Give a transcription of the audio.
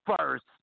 first